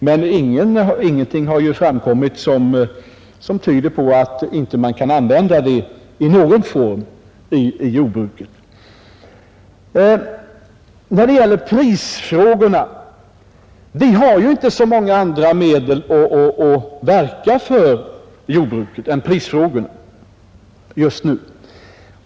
Men ingenting har ju framkommit som tyder på att man inte kan använda det i någon form i jordbruket. När det gäller prisfrågorna vill jag säga, att vi just nu inte har så många andra medel att använda för jordbrukets vidkommande än detta.